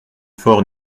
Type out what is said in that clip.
fort